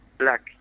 Black